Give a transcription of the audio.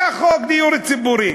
היה חוק דיור ציבורי.